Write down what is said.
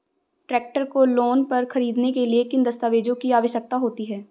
Tractor को loan पर खरीदने के लिए किन दस्तावेज़ों की आवश्यकता होती है?